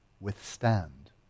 withstand